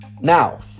Now